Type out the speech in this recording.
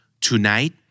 tonight